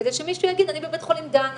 כדי שמישהו יגיד: אני בבית חולים דנה.